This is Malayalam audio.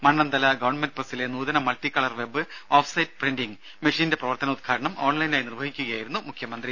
മണ്ണന്തല ഗവൺമെന്റ് പ്രസ്സിലെ നൂതന multi colour web offset printing മെഷീന്റെ പ്രവർത്തനോദ്ഘാടനം ഓൺലൈനായി നിർവ്വഹിക്കുകയായിരുന്നു മുഖ്യമന്ത്രി